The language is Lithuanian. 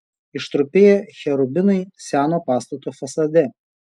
ištrupėję cherubinai seno pastato fasade